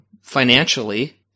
financially